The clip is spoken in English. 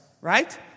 Right